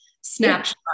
snapshot